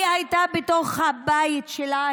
היא הייתה בתוך הבית שלה,